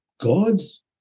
God's